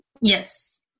Yes